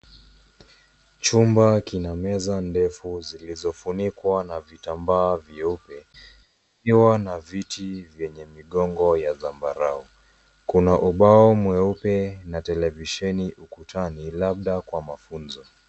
Chumba kina meza ndefu zilizofunikwa na vitambaa vyeupe kikiwa na viti vyenye migongo ya zambarau. Kuna ubao mweupe na televisheni ukutani labda kwa mafunzo.